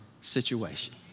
situation